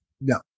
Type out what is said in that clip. No